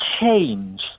change